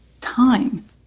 time